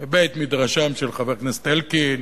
מבית-מדרשם של חבר הכנסת אלקין,